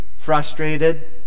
frustrated